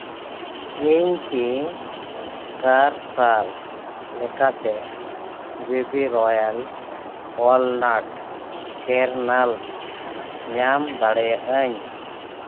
ᱤᱧ ᱠᱤ ᱜᱟᱨᱥᱟᱞ ᱞᱮᱠᱟᱛᱮ ᱵᱤᱵᱤ ᱨᱚᱭᱮᱞ ᱚᱣᱟᱞᱱᱟᱴ ᱠᱮᱨᱱᱟᱞᱥ ᱧᱟᱢ ᱫᱟᱲᱮᱭᱟᱹᱜ ᱟᱹᱧ